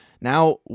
Now